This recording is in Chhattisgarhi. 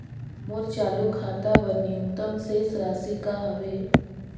मोर चालू खाता बर न्यूनतम शेष राशि का हवे?